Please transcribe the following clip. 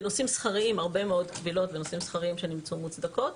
הרבה מאוד קבילות בנושאים שכריים שנמצאו מוצדקות.